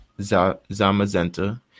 Zamazenta